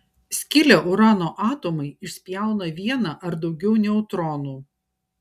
skilę urano atomai išspjauna vieną ar daugiau neutronų